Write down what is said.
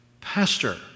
pastor